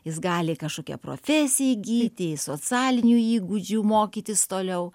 jis gali kažkokią profesiją įgyti socialinių įgūdžių mokytis toliau